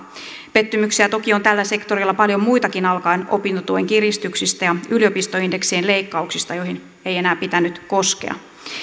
pettymyksiä toki on tällä sektorilla paljon muitakin alkaen opintotuen kiristyksistä ja yliopistoindeksien leikkauksista joihin ei enää pitänyt koskea